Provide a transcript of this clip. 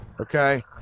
Okay